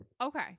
Okay